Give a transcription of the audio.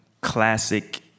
classic